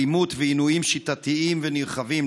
אלימות ועינויים שיטתיים ונרחבים,